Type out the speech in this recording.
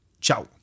Ciao